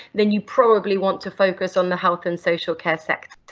then you probably want to focus on the health and social care sector.